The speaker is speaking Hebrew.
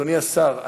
אדוני השר,